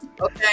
Okay